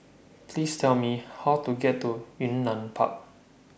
Please Tell Me How to get to Yunnan Park